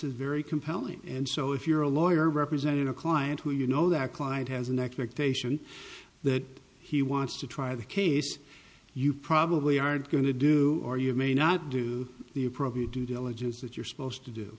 is very compelling and so if you're a lawyer representing a client who you know that client has an expectation that he wants to try the case you probably are going to do or you may not do the appropriate due diligence that you're supposed to do